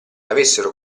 avessero